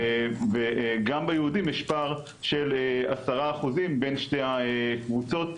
וגם ביהודים יש פער של 10% בין שתי הקבוצות,